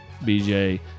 BJ